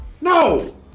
No